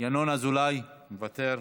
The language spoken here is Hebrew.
ינון אזולאי, מוותר.